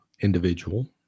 individual